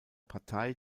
partei